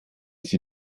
sie